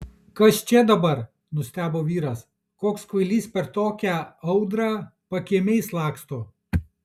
kas čia dabar nustebo vyras koks kvailys per tokią audrą pakiemiais laksto